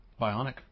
Bionic